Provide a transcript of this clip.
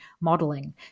modeling